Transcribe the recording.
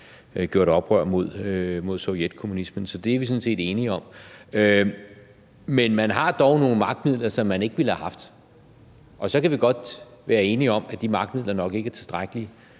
gjort oprør mod sovjetkommunismen. Så det er vi sådan set enige om. Men man har dog nogle magtmidler, som man ikke ville have haft. Og så kan vi godt være enige om, at de magtmidler nok ikke er tilstrækkelige,